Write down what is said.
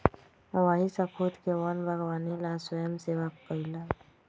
वही स्खुद के वन बागवानी ला स्वयंसेवा कई लय